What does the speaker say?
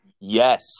Yes